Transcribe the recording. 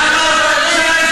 למה הם,